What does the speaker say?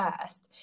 first